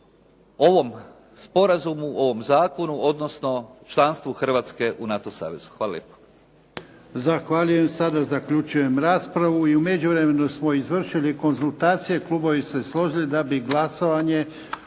ovom sporazumu, ovom zakonu, odnosno članstvu Hrvatske u NATO savezu. Hvala lijepo. **Jarnjak, Ivan (HDZ)** Zahvaljujem. Sada zaključujem raspravu. I u međuvremenu smo izvršili konzultacije, klubovi se složili da bi glasovanje